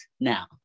now